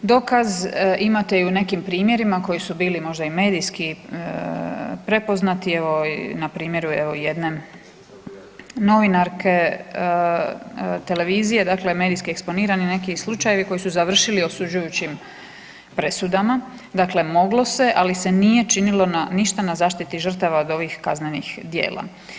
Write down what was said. Dokaz, imate i u nekim primjerima koji su bili možda i medijski prepoznati, evo, na primjeru jedne novinarke televizije, dakle medijski eksponirane, neki slučajevi koji su završili osuđujućim presudama, dakle moglo se, ali se nije činilo ništa na zaštiti žrtava od ovih kaznenih djela.